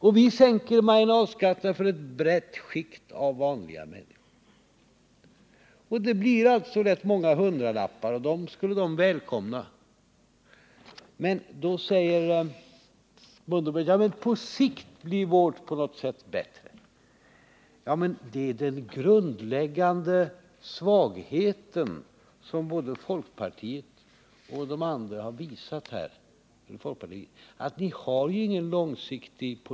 Vi vill sänka marginalskatterna för ett brett skikt av ”vanliga” människor. Det gör rätt många hundralappar, som de skulle välkomna. Ingemar Mundebo säger att på sikt blir regeringens förslag på något sätt bättre. Men just att ni inte har någon långsiktig skattepolitik är en grundläggande svaghet hos folkpartiet och övriga partier.